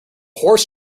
horse